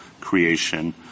creation